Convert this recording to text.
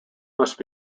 must